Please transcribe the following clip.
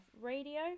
Radio